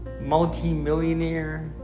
multimillionaire